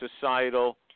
societal